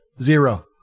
Zero